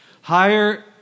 Higher